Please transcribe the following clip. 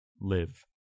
live